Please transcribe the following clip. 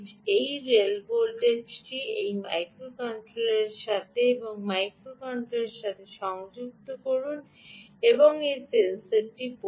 এই রেল ভোল্টেজটিকে এই মাইক্রোকন্ট্রোলারের সাথে এবং এই মাইক্রোকন্ট্রোলারের সাথে সংযুক্ত করুন এই সেন্সর পড়ুন